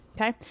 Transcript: okay